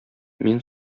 мин